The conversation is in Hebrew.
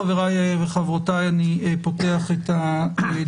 ברשותכם, חבריי וחברותיי, אני פותח את הדיון.